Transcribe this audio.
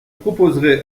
proposerai